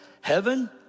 Heaven